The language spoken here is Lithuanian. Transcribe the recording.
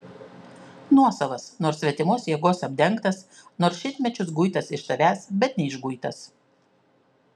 nuosavas nors svetimos jėgos apdengtas nors šimtmečius guitas iš tavęs bet neišguitas